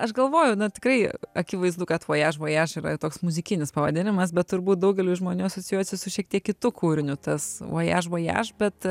aš galvoju na tikrai akivaizdu kad vojaž vojaž yra toks muzikinis pavadinimas bet turbūt daugeliui žmonių asocijuojasi su šiek tiek kitu kūriniu tas vojaž vojaž bet